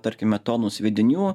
tarkime tonų sviedinių